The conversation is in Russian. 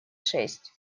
шесть